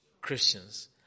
Christians